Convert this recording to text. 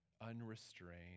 unrestrained